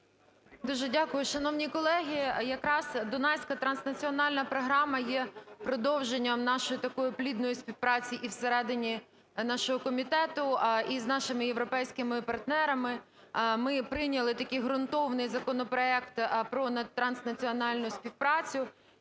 Дуже дякую. Шановні колеги, якраз Дунайська транснаціональна програма є продовженням нашої такої плідної співпраці і всередині нашого комітету, і з нашими європейськими партнерами. Ми прийняли такий ґрунтовний законопроект про транснаціональну співпрацю.